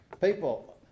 People